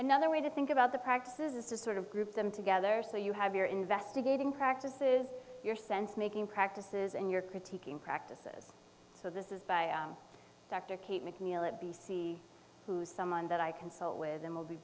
another way to think about the practices is to sort of group them together so you have your investigating practices your sense making practices and your critiquing practices so this is by dr keith mcneil it b c who's someone that i consult with and will be